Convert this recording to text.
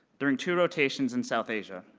during two rotations in south asia.